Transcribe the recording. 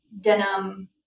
denim